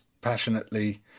passionately